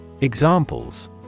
Examples